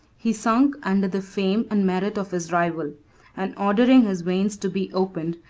he sunk under the fame and merit of his rival and ordering his veins to be opened,